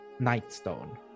nightstone